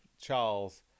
Charles